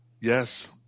Yes